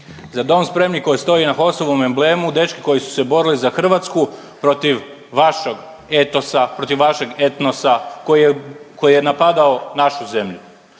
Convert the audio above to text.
„Za dom spremni“ koji stoji na HOS-ovom amblemu, dečki koji su se borili za Hrvatsku protiv vašeg etosa, protiv vašeg etnosa, koji je, koji je napadao našu zemlju.